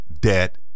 debt